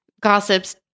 gossips